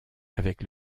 avec